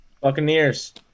Buccaneers